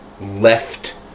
left